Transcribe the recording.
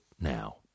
now